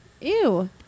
Ew